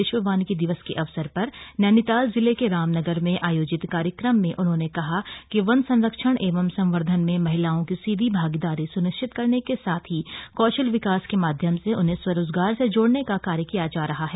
आज विश्व वानिकी दिवस के अवसर पर नैनीताल जिले के रामनगर में आयोजित कार्यक्रम में उन्होंने कहा कि वन संरक्षण एवं संवर्धन में महिलाओं की सीधी भागीदारी सुनिश्चित करने के साथ ही कौशल विकास के माध्यम से उन्हें स्वरोजगार से जोड़ने का कार्य किया जा रहा है